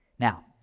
Now